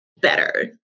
better